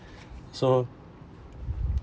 so